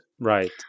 Right